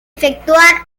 efectuar